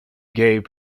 gave